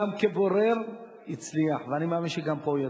גם כבורר, הצליח, ואני מאמין שגם פה הוא יצליח.